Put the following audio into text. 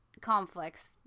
conflicts